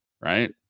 right